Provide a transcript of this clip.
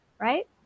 right